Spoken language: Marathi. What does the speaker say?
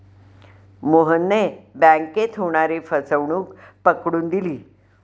मोहनने बँकेत होणारी फसवणूक पकडून दिली